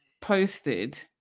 posted